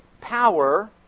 power